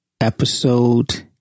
Episode